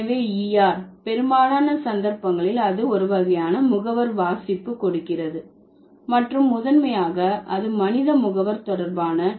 எனவே er பெரும்பாலான சந்தர்ப்பங்களில் அது ஒரு வகையான முகவர் வாசிப்பு கொடுக்கிறது மற்றும் முதன்மையாக அது மனித முகவர் தொடர்பான